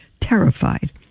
terrified